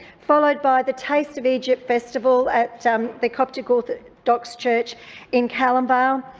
followed by the taste of egypt festival at um the coptic orthodox church in calamvale.